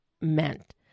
meant